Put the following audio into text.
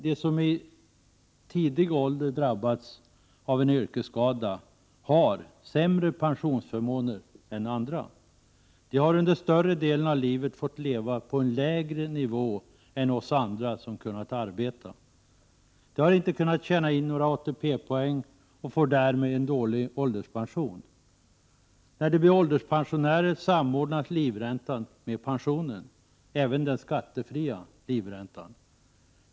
De som i tidig ålder drabbats av en yrkesskada har sämre pensionsförmåner än andra. De har under större delen av livet fått leva på en lägre nivå än vi andra som har kunnat arbeta. De har inte kunnat tjäna in några ATP-poäng, och de får därmed en dålig ålderspension. När de blir ålderspensionärer samordnas livräntan med pensionen, även den skattefria livräntan.